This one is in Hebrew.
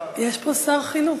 חבר הכנסת אברהם